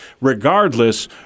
Regardless